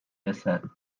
رسد